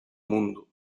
mundo